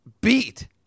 beat